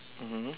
mmhmm